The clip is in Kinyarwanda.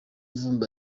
vumbi